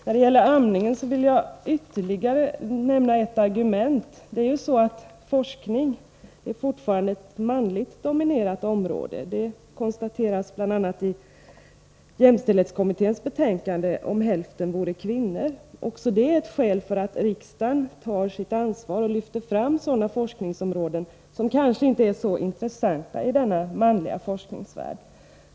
När det gäller amningen vill jag nämna ytterligare ett argument. Forskning är fortfarande ett manligt dominerat område. Det konstateras bl.a. i jämställdhetskommitténs betänkande Om hälften vore kvinnor. Också det är ett skäl för att riksdagen tar sitt ansvar och lyfter fram forskningsområden som kanske inte är så intressanta i denna manliga forskningsvärld.